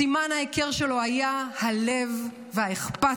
סימן ההיכר שלו היה הלב והאכפתיות.